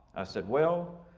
i said, well,